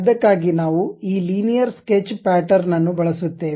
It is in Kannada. ಅದಕ್ಕಾಗಿ ನಾವು ಈ ಲೀನಿಯರ್ ಸ್ಕೆಚ್ ಪ್ಯಾಟರ್ನ್ ಅನ್ನು ಬಳಸುತ್ತೇವೆ